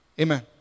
Amen